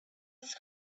just